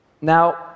Now